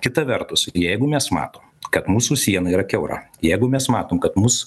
kita vertus jeigu mes matom kad mūsų siena yra kiaura jeigu mes matom kad mus